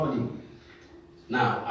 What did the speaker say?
now